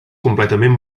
completament